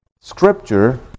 scripture